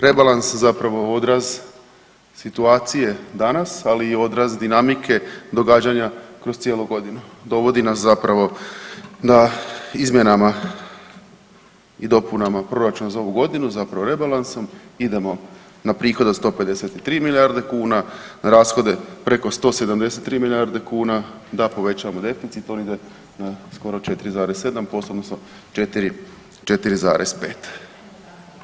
Rebalans, zapravo odraz situacije danas, ali i odraz dinamike događanja kroz cijelu godinu dovodi nas zapravo da izmjenama i dopunama proračuna za ovu godinu zapravo rebalansom idemo na prihode od 153 milijarde kuna, na rashode preko 173 milijarde kuna da povećamo deficit, on ide skoro na 4,7% … na 4,5.